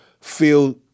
feel